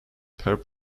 per